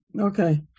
Okay